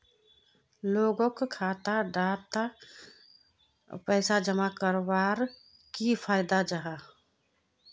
लोगोक खाता डात पैसा जमा कवर की फायदा जाहा?